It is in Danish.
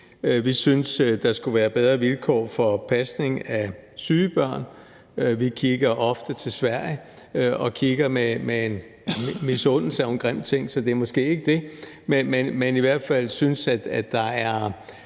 Vi synes, der skal være bedre vilkår for pasning af syge børn. Vi kigger ofte til Sverige og kigger med misundelse, som jo er en grim ting, så det er måske ikke det, men i hvert fald er Sverige